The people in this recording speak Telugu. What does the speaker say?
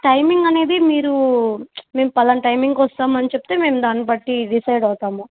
టైమింగ్ అనేది మీరు మేం పలానా టైమింగ్కి వస్తామని చెప్తే మేం దాన్ని బట్టి డిసైడ్ అవుతాము